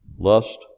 Lust